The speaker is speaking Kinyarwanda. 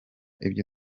ibyo